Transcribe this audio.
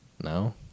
no